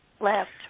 left